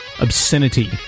obscenity